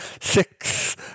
Six